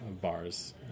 bars